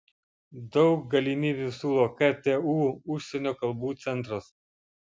daug galimybių siūlo ktu užsienio kalbų centras